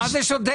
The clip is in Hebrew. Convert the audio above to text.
לא, מה זה שודד?